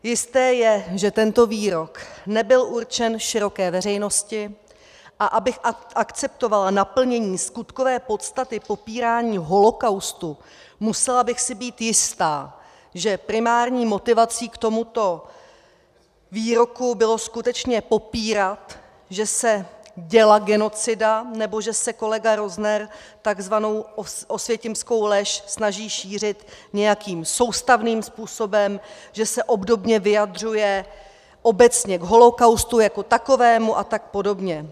Jisté je, že tento výrok nebyl určen široké veřejnosti, a abych akceptovala naplnění skutkové podstaty popírání holokaustu, musela bych si být jista, že primární motivací k tomuto výroku bylo skutečně popírat, že se děla genocida nebo že se kolega Rozner takzvanou osvětimskou lež snaží šířit nějakým soustavným způsobem, že se obdobně vyjadřuje obecně k holokaustu jako takovému a tak podobně.